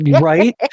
right